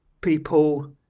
people